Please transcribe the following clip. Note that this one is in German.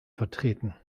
vertreten